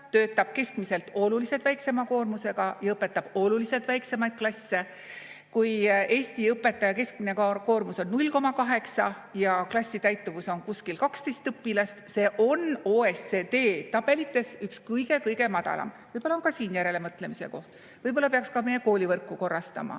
töötab keskmiselt oluliselt väiksema koormusega ja õpetab oluliselt väiksemaid klasse. Kui Eesti õpetaja keskmine koormus on 0,8 ja klassi täituvus on kuskil 12 õpilast, siis see on OECD tabelites üks kõige-kõige madalam. Võib-olla on ka siin järelemõtlemise koht, võib-olla peaks ka meie koolivõrku korrastama.